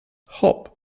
hop